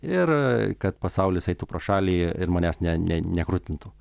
ir kad pasaulis eitų pro šalį ir manęs ne ne nekrutintų